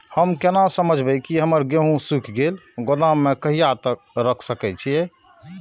हम केना समझबे की हमर गेहूं सुख गले गोदाम में कहिया तक रख सके छिये?